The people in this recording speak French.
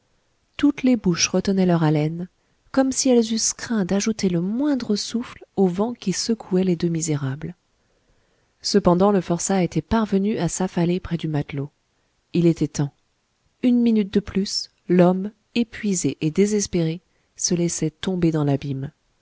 toutes les bouches retenaient leur haleine comme si elles eussent craint d'ajouter le moindre souffle au vent qui secouait les deux misérables cependant le forçat était parvenu à s'affaler près du matelot il était temps une minute de plus l'homme épuisé et désespéré se laissait tomber dans l'abîme